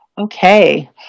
Okay